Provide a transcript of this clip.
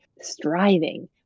striving